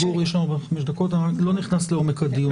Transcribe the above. לא, גור, אני לא רוצה להיכנס עכשיו לעומק הדיון.